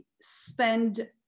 spend